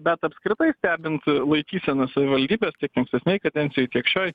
bet apskritai stebint laikyseną savivaldybės tiek ankstesnėj kadencijoj tiek šioj